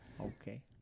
Okay